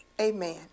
Amen